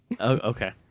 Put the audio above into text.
Okay